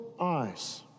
eyes